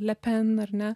lepen ar ne